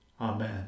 Amen